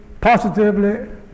positively